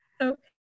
Okay